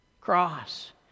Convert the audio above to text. cross